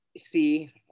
see